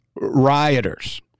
rioters